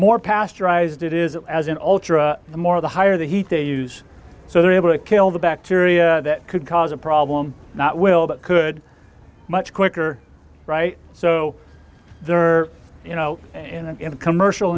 more pasteurized it is as an ultra the more the higher the heat they use so they're able to kill the bacteria that could cause a problem not will but could much quicker right so there you know and in the commercial